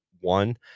one